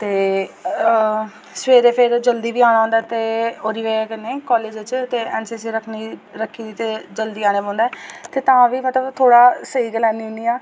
ते अ सबैह्रे फिर जल्दी बी आना होंदा ते ओह्दी बजह् कन्नै कॉलेज च ते एन सी सी रखी दी ते जल्दी आने पौंदा ऐ ते तां बी मतलब थोह्ड़ा सेई गै लैनी होनी आं